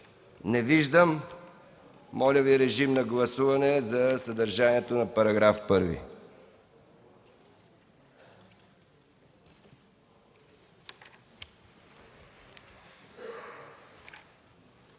Не виждам. Моля, режим на гласуване за съдържанието на § 1.